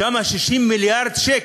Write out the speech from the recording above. ושם 60 מיליארד שקל.